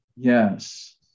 Yes